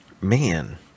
Man